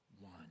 one